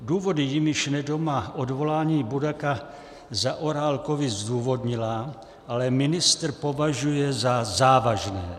Důvody, jimiž Nedoma odvolání Budaka Zaorálkovi zdůvodnila, ale ministr považuje za závažné.